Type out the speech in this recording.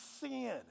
sin